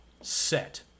set